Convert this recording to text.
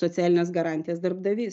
socialines garantijas darbdavys